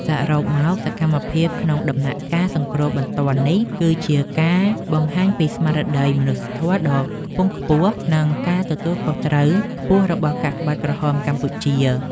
សរុបមក សកម្មភាពក្នុងដំណាក់កាលសង្គ្រោះបន្ទាន់នេះ គឺជាការបង្ហាញពីស្មារតីមនុស្សធម៌ដ៏ខ្ពង់ខ្ពស់ និងការទទួលខុសត្រូវខ្ពស់របស់កាកបាទក្រហមកម្ពុជា។